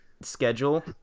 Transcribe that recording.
schedule